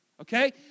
Okay